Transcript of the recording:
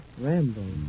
Rambo